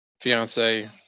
fiance